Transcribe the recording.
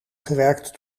gewerkt